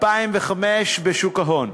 התשס"ה 2005, בשוק ההון.